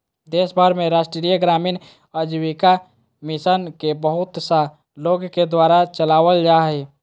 देश भर में राष्ट्रीय ग्रामीण आजीविका मिशन के बहुत सा लोग के द्वारा चलावल जा हइ